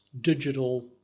digital